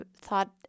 thought